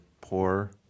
poor